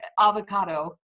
avocado